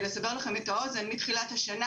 כדי לסבר לכם את האוזן מתחילת השנה